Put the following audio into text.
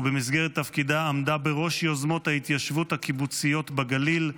ובמסגרת תפקידה עמדה בראש יוזמות ההתיישבות הקיבוציות בגליל,